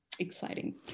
exciting